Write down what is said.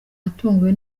yatunguwe